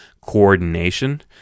coordination